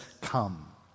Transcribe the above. come